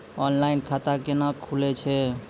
Online खाता केना खुलै छै?